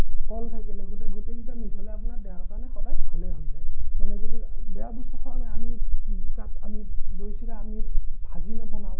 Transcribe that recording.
কল থাকিলে গোটেইকেইটা মিহলাই আপোনাৰ দেহৰ কাৰণে সদায় ভালেই হৈ যায় মানে যদি বেয়া বস্তু খোৱা নাই আমি যদি তাত আমি দৈ চিৰা আমি ভাজি নবনাওঁ